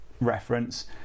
reference